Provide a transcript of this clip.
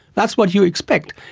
that's what you expect.